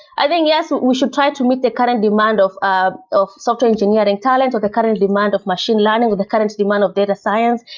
i think, yes, we should try to meet the current demand of of software engineering talent, or the current demand of machine learning, or the current demand of data science.